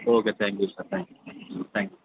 okay thank you sir thank you sir thank you